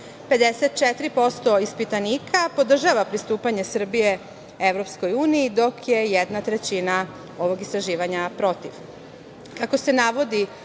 54% ispitanika podržava pristupanje Srbije EU, dok je jedna trećina ovog istraživanja protiv.